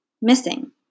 missing